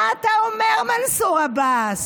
מה אתה אומר, מנסור עבאס?